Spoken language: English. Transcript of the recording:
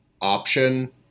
option